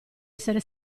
essere